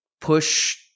push